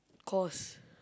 course